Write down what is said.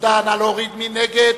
מי נגד?